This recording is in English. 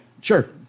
sure